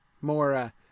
more